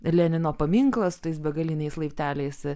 lenino paminklą su tais begaliniais laipteliais